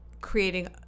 creating